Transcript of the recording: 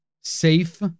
safe